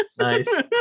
Nice